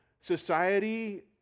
society